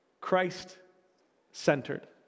Christ-centered